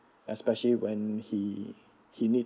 especially when he he need